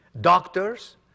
doctors